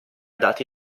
dati